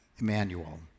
Emmanuel